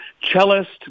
cellist